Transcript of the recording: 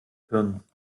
hirn